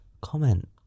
comment